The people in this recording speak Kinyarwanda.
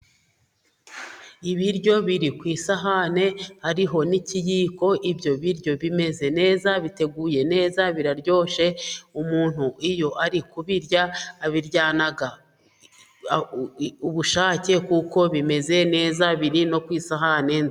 Ibiryo biri ku isahani hariho n'ikiyiko, ibyo biryo bimeze neza, biteguye neza, biraryoshe, umuntu iyo ari kubirya abiryana ubushake, kuko bimeze neza, biri no ku isahane...